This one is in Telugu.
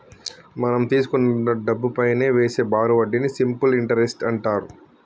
మనం తీసుకున్న డబ్బుపైనా వేసే బారు వడ్డీని సింపుల్ ఇంటరెస్ట్ అంటారు